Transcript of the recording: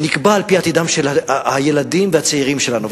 נקבע על-פי עתידם של הילדים והצעירים שלנו.